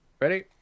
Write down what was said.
ready